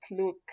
look